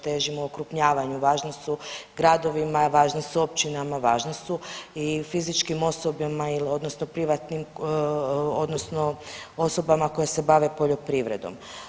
Težimo okrupnjavanju, važni su gradovima, važni su općinama, važni su i fizičkim osobama, odnosno privatnim odnosno osobama koje se bave poljoprivredom.